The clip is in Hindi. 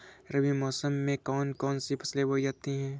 रबी मौसम में कौन कौन सी फसलें बोई जाती हैं?